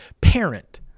parent